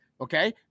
Okay